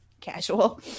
casual